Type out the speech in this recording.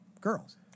girls